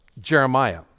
Jeremiah